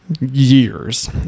years